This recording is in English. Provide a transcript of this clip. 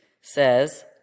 says